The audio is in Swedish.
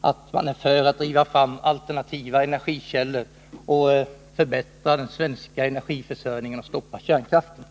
att man är för att driva fram alternativa energikällor och förbättra den svenska energiförsörjningen och stoppa kärnkraften.